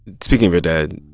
speaking of your dad,